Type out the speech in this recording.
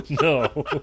no